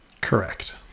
Correct